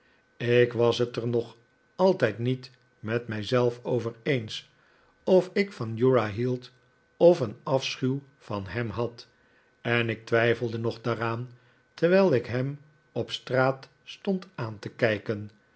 ik was het er nog altijd niet met mijzelf over eens of ik van uriah hield of een afschuw van hem had en ik twijfelde nog daaraan terwijl ik hem op straat stond aan te kijken